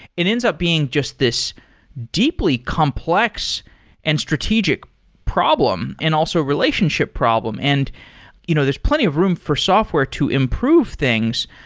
it ends up being just this deeply complex and strategic problem and also relationship problem. and you know there's plenty of room for software to improve things,